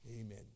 Amen